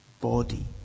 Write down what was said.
body